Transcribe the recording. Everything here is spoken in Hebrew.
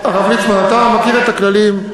הרב ליצמן, אתה מכיר את הכללים.